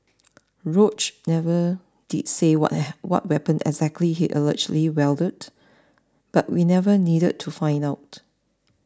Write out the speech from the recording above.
Roach never did say what what weapon exactly he allegedly wielded but we never needed to find out